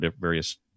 various –